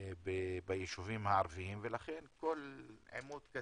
ביישובים הערביים ולכן כל עימות,